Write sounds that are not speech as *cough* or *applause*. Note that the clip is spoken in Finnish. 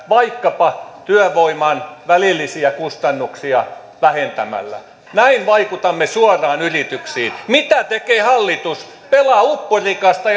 vaikkapa työvoiman välillisiä kustannuksia vähentämällä näin vaikutamme suoraan yrityksiin mitä tekee hallitus pelaa upporikasta *unintelligible*